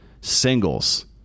singles